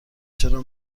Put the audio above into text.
چرا